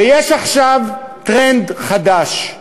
ויש עכשיו טרנד חדש,